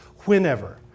whenever